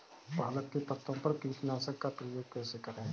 पालक के पत्तों पर कीटनाशक का प्रयोग कैसे करें?